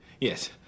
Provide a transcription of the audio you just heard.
Yes